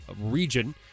region